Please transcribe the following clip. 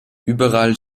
überall